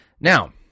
Now